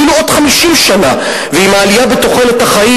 אפילו עוד 50 שנה עם העלייה בתוחלת החיים,